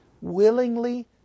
willingly